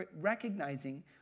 recognizing